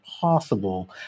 possible